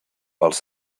pels